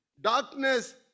darkness